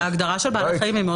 אבל זאת הגדרה מאוד רחבה.